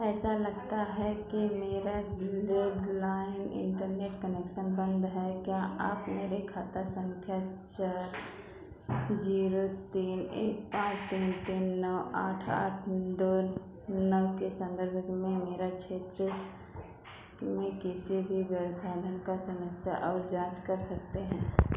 ऐसा लगता है कि मेरा लेडलाइन इंटरनेट कनेक्शन बंद है क्या आप मेरे खाता संख्या चार जीरो तीन एक पाँच तीन तीन नौ आठ आठ दो नौ के संदर्भ में मेरा क्षेत्र में किसी भी का समस्या और जाँच कर सकते हैं